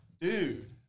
Dude